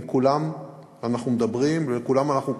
עם כולם אנחנו מדברים ולכולם אנחנו קשובים,